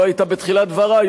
לא היית בתחילת דברי.